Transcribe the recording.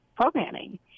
programming